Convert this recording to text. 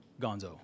gonzo